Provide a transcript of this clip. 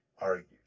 argued